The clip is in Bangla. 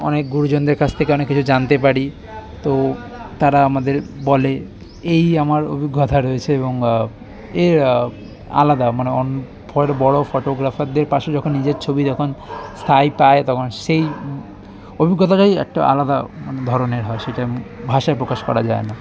অনেক গুরুজনদের কাছ থেকে অনেক কিছু জানতে পারি তো তারা আমাদের বলে এই আমার অভিজ্ঞতা রয়েছে এবং এই আলাদা মানে অন বড় বড় ফটোগ্রাফারদের পাশে যখন নিজের ছবি যখন স্থায়ী পায় তখন সেই অভিজ্ঞতাটাই একটু আলাদা মানে ধরনের হয় সেটা আমি ভাষায় প্রকাশ করা যায় না